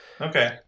okay